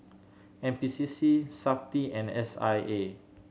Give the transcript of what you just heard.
N P C C Safti and S I A